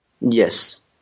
Yes